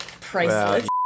Priceless